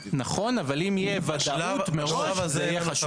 נכון, אבל אם תהיה ודאות מראש זה יהיה חשוב.